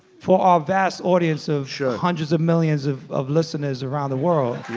for our vast audience of hundreds of millions of of listeners around the world,